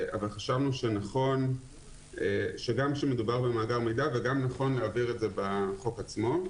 אבל כן מדובר במאגר מידע ולכן נכון להבהיר את זה בחוק עצמו.